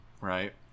right